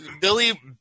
Billy